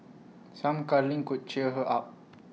some cuddling could cheer her up